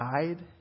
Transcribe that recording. died